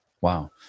Wow